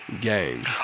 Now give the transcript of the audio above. game